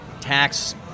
tax